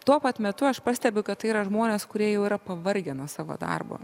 tuo pat metu aš pastebiu kad tai yra žmonės kurie jau yra pavargę nuo savo darbo